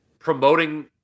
promoting